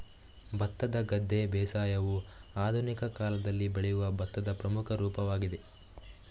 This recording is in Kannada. ಭತ್ತದ ಗದ್ದೆ ಬೇಸಾಯವು ಆಧುನಿಕ ಕಾಲದಲ್ಲಿ ಬೆಳೆಯುವ ಭತ್ತದ ಪ್ರಮುಖ ರೂಪವಾಗಿದೆ